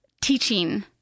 teaching